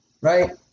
right